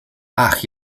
ach